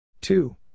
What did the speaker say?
Two